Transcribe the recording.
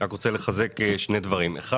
אני רוצה לחזק שני דברים: א',